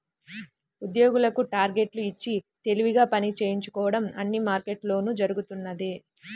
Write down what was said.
ఉద్యోగులకు టార్గెట్లు ఇచ్చి తెలివిగా పని చేయించుకోవడం అన్ని మార్కెట్లలోనూ జరుగుతున్నదే